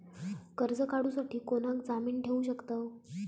कर्ज काढूसाठी कोणाक जामीन ठेवू शकतव?